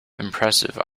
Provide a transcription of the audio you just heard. impressive